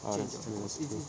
ah that's true